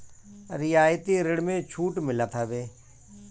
रियायती ऋण में छूट मिलत हवे